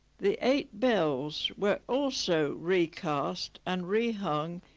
the eight bells were also recast and rehung.